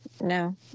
No